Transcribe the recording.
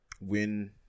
win